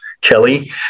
Kelly